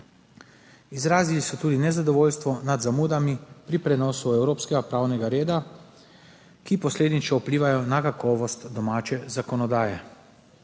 Izrazili so tudi nezadovoljstvo nad zamudami pri prenosu evropskega pravnega reda, ki posledično vplivajo na kakovost domače zakonodaje.